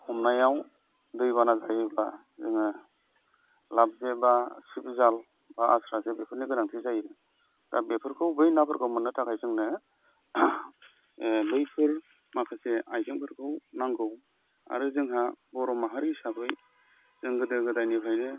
हमनायाव दैबाना जायोब्ला जोङो लाबजे बा सिबजाल बा आस्रा जे बेफोरनि गोनांथि जायो दा बेफोरखौ बै नाफोरखौ मोननो थाखाय जोंनो बैफोर माखासे आयजेंफोरखौ नांगौ आरो जोंहा बर' माहारि हिसाबै जों गोदो गोदायनिफ्रायनो